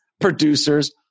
producers